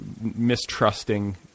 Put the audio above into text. mistrusting